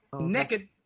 Naked